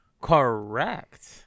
Correct